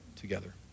together